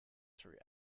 through